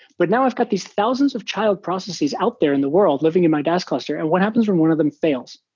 but now i've got these thousands of child processes out there in the world living in my dask cluster and what happens when one of them fails?